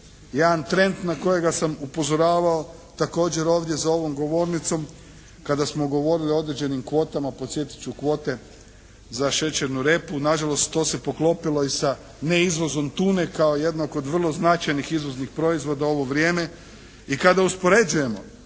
Jedan trend na koji sam upozoravao također ovdje za ovom govornicom kada smo govorili o određenim kvotama, podsjetit ću kvote za šećernu repu. Nažalost, to se poklopilo i sa neizvozom tune kao jednog od vrlo značajnih izvoznih proizvoda u ovo vrijeme. I kada uspoređujemo